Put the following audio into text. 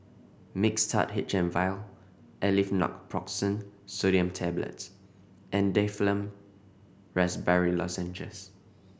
Mixtard H M Vial Aleve Naproxen Sodium Tablets and Difflam Raspberry Lozenges